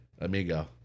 amigo